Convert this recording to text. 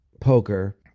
poker